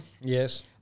Yes